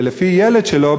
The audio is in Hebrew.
לפי הילד שלו,